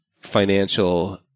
financial